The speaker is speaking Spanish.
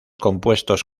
compuestos